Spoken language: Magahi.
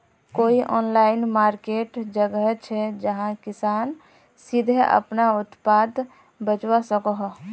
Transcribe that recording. कोई ऑनलाइन मार्किट जगह छे जहाँ किसान सीधे अपना उत्पाद बचवा सको हो?